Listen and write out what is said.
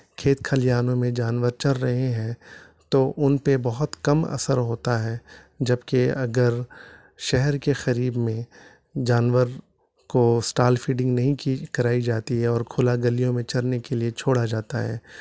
کھیت کھلیانوں میں جانور چر رہے ہیں تو ان پہ بہت کم اثر ہوتا ہے جبکہ اگر شہر کے قریب میں جانور کو اسٹال فیڈنگ نہیں کی کرائی جاتی ہے اور کھلا گلیوں میں چرنے کے لیے چھوڑا جاتا ہے